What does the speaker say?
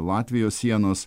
latvijos sienos